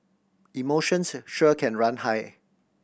emotions sure can run high